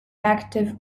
active